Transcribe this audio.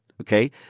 Okay